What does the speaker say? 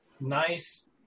nice